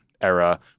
era